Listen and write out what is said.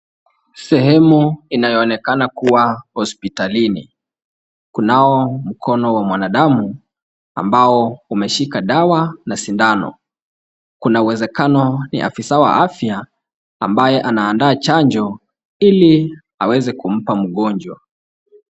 Sehemu inayo onekana kuwa hospitalini. Kunao mkono wa mwanadamu ambao umeshika dawa na sindano. Kuna uwezekano ni afisa wa afya ambaye anaandaa chanjo, ili aweze kumpa mgonjwa.